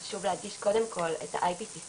בעצם חשוב להדגיש קודם כל את ה-IPCC,